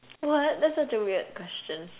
what that's such a weird question